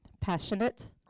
Passionate